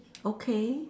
okay